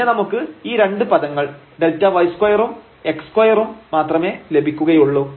പിന്നെ നമുക്ക് ഈ 2 പദങ്ങൾ Δy2 ഉം x2 ഉം മാത്രമേ ലഭിക്കുകയുള്ളൂ